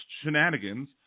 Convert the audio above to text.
shenanigans